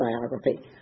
biography